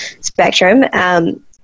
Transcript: spectrum